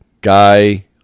Guy